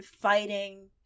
fighting